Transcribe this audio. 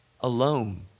alone